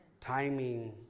Timing